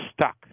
stuck